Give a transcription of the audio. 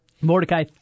Mordecai